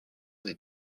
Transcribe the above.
des